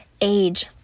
age